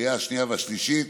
בקריאה השנייה ובקריאה השלישית,